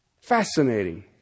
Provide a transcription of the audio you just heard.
Fascinating